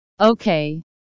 Okay